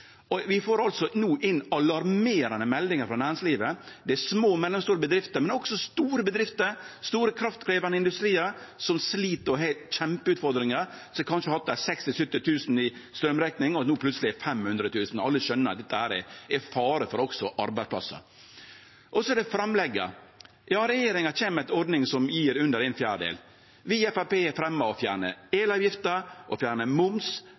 og vi får no inn alarmerande meldingar frå næringslivet. Det er små og mellomstore bedrifter, men også store bedrifter, store kraftkrevjande industriar som slit og har kjempeutfordringar, som kanskje har hatt 60 000–70 000 kr i straumrekning og no plutseleg har 500 000 kr. Alle skjønar at dette også er ein fare for arbeidsplassane. Så er det framlegga. Regjeringa kjem med ei ordning som gjev under ein fjerdedel. Vi i Framstegspartiet har føreslått å fjerne elavgifta, fjerne moms,